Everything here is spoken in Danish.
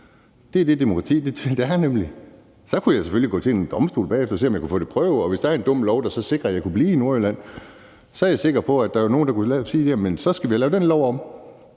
Det er det, demokratiet er, nemlig. Så kunne jeg selvfølgelig gå til en domstol bagefter og se, om jeg kunne få det prøvet, og hvis der var en dum lov, der så sikrede, at jeg kunne blive i Nordjylland, er jeg sikker på, at der var nogle, der kunne sige: Jamen så skal vi have lavet den lov om.